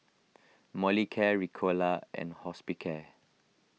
Molicare Ricola and Hospicare